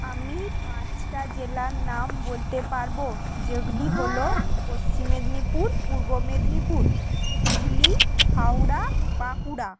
আমি পাঁচটা জেলার নাম বলতে পারব যেগুলি হল পশ্চিম মেদিনীপুর পূর্ব মেদিনীপুর হুগলি হাওড়া বাঁকুড়া